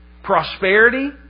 Prosperity